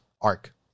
arc